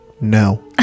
no